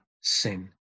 sin